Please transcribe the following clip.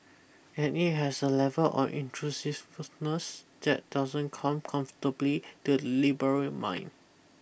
and it has a level of intrusiveness that doesn't come comfortably to the liberal mind